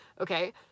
Okay